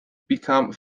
become